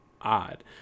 odd